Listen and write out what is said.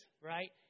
Right